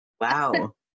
Wow